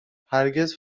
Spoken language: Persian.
هرگز